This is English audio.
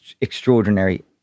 extraordinary